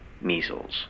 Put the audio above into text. Measles